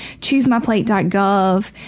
choosemyplate.gov